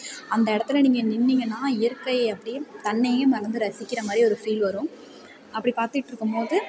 அந்த இடத்துல நீங்கள் நின்றிங்கன்னா இயற்கை அப்படியே தன்னையே மறந்து ரசிக்கிற மாதிரி ஒரு ஃபீல் வரும் அப்படி பார்த்துட்டு இருக்கும்போது